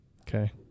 Okay